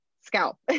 scalp